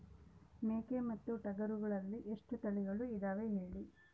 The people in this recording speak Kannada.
ಮೇಕೆ ಮತ್ತು ಟಗರುಗಳಲ್ಲಿ ಎಷ್ಟು ತಳಿಗಳು ಇದಾವ ಹೇಳಿ?